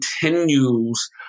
continues